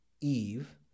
Eve